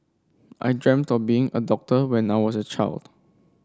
I dreamt of being a doctor when I was a child